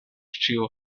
ĉiu